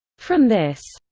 from this,